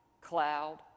cloud